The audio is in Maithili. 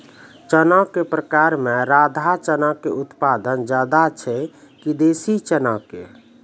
चना के प्रकार मे राधा चना के उत्पादन ज्यादा छै कि देसी चना के?